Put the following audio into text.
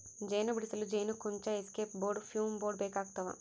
ಜೇನು ಬಿಡಿಸಲು ಜೇನುಕುಂಚ ಎಸ್ಕೇಪ್ ಬೋರ್ಡ್ ಫ್ಯೂಮ್ ಬೋರ್ಡ್ ಬೇಕಾಗ್ತವ